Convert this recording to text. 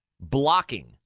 blocking